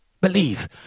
Believe